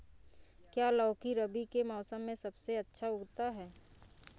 क्या लौकी रबी के मौसम में सबसे अच्छा उगता है?